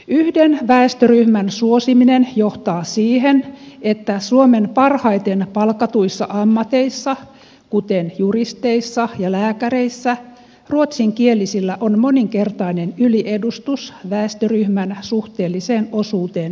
yhden väestöryhmän suosiminen johtaa siihen että suomen parhaiten palkatuissa ammateissa kuten juristeissa ja lääkäreissä ruotsinkielisillä on moninkertainen yliedustus väestöryhmän suhteelliseen osuuteen verrattuna